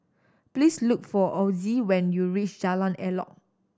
please look for Ozie when you reach Jalan Elok